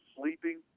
sleeping